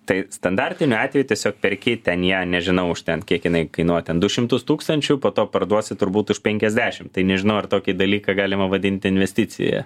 tai standartiniu atveju tiesiog perki ten ją nežinau už ten kiek jinai kainuoja ten du šimtus tūkstančių po to parduosi turbūt už penkiasdešim tai nežinau ar tokį dalyką galima vadinti investicija